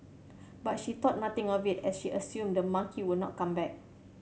but she thought nothing of it as she assumed the monkey would not come back